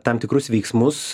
tam tikrus veiksmus